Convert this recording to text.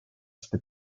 este